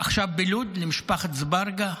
עכשיו בלוד, למשפחת אזברגה.